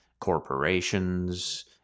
corporations